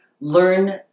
learn